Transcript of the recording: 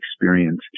experience